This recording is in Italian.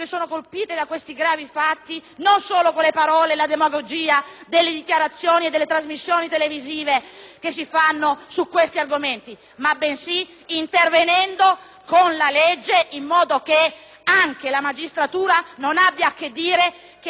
che si fanno su questi argomenti, bensì intervenendo con la legge in modo che anche la magistratura non possa dire che sono i legislatori a dover intervenire. Noi lo chiediamo con forza.